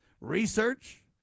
Research